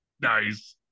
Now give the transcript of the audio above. Nice